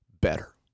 better